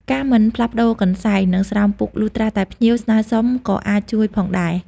ការមិនផ្លាស់ប្តូរកន្សែង និងស្រោមពូកលុះត្រាតែភ្ញៀវស្នើសុំក៏អាចជួយផងដែរ។